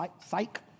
psych